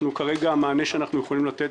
כרגע המענה שאנחנו יכולים לתת,